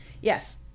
Yes